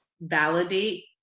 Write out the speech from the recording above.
validate